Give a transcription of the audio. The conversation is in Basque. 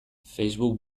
facebook